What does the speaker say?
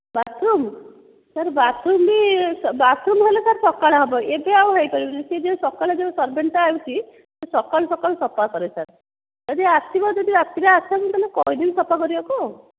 bathroom sir bathroom ବି bathroom ହେଲେ sir ସକାଳେ ହେବ ଏବେ ଆଉ ହୋଇପାରିବନି ସେ ଯେଉଁ ସକାଳେ ଯେଉଁ ସର୍ଭେଣ୍ଟ୍ଟା ଆସୁଛି ସେ ସକାଳୁ ସକାଳୁ ସଫା କରେ ସାର୍ ଯଦି ଆସିବ ଯଦି ରାତିରେ ଆସେ ମୁଁ ତା'ହେଲେ କହିଦେବି ସଫା କରିବାକୁ ଆଉ